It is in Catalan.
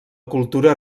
cultura